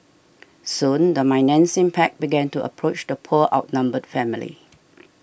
soon the menacing pack began to approach the poor outnumbered family